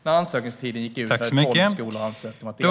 När ansökningstiden gick ut hade tolv skolor ansökt om att delta.